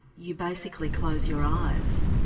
you basically close your eyes.